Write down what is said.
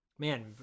Man